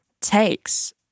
takes